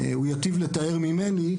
הוא ייטיב לתאר ממני.